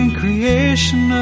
creation